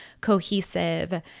cohesive